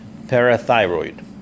parathyroid